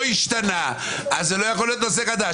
לא השתנה, זה לא יכול להיות נושא חדש.